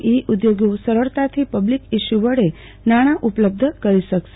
ઈ ઉધોગ સરળતાથી public issue વડે નાણા ઉપલબ્ધ કરી શકશે